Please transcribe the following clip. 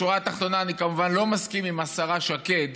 בשורה התחתונה, אני כמובן לא מסכים עם השרה שקד